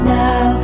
now